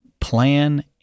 plan